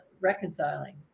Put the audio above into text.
reconciling